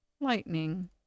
lightning